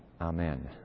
Amen